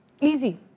Easy